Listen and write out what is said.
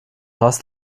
hast